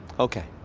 okay.